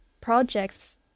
projects